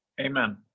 Amen